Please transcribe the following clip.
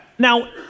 Now